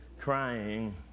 crying